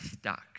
stuck